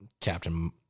captain